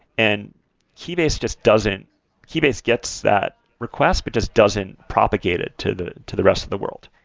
and keybase just doesn't keybase gets that request, but just doesn't propagate it to to the rest of the world.